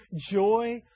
joy